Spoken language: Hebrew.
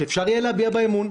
שאפשר יהיה להביע בה אמון,